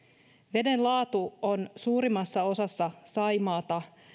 veden laatu on suurimmassa osassa saimaata